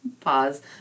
Pause